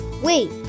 Wait